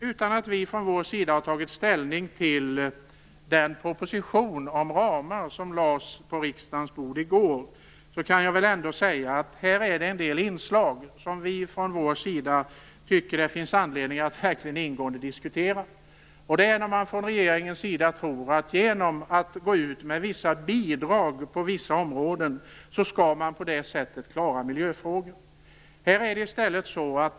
Utan att vi från vår sida har tagit ställning till den proposition om ramar som lades fram på riksdagens bord i går kan jag ändå säga att det finns en del inslag som vi tycker att det finns anledning att diskutera ingående. Det gäller att man från regeringens sida tror att man genom att gå ut med bidrag på vissa områden skall klara miljöfrågan.